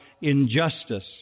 injustice